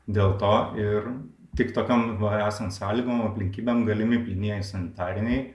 dėl to ir tik tokiom esant sąlygom aplinkybėm galimi plynieji sanitariniai